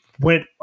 went